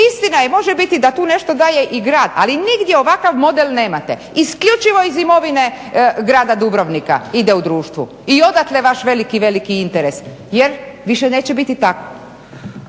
Istina je, može biti da tu nešto daje i grad ali nigdje ovakav model nemate. Isključivo iz imovine grada Dubrovnika ide Društvu. I odatle vaš veliki, veliki interes jer više neće biti tako.